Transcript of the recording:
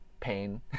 Pain